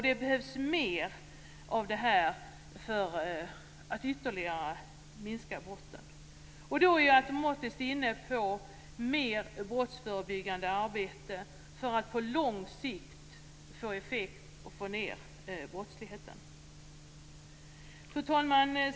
Det behövs mer av detta samarbete för att ytterligare minska brottsligheten. Då kommer jag automatiskt in på mer brottsförebyggande arbete för att på lång sikt få ned brottsligheten. Fru talman!